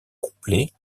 complet